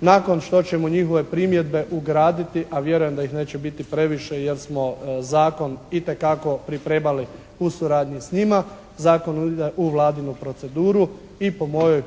Nakon što ćemo njihove primjedbe ugraditi, a vjerujem da ih neće biti previše jer smo zakon itekako pripremali u suradnji sa njima. Zakon ide u vladinu proceduru. I po mojoj